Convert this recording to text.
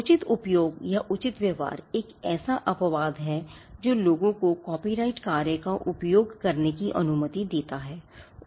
उचित उपयोग या उचित व्यवहार एक ऐसा अपवाद है जो लोगों को कॉपीराइट कार्य का उपयोग करने की अनुमति देता है